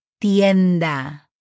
tienda